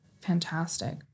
Fantastic